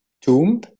tomb